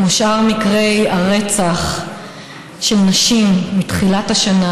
כמו שאר מקרי הרצח של נשים מתחילת השנה,